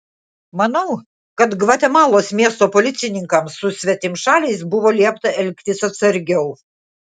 manau kad gvatemalos miesto policininkams su svetimšaliais buvo liepta elgtis atsargiau